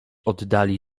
oddali